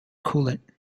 coolant